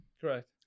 Correct